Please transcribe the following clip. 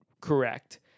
correct